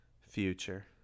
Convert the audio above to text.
future